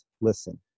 listen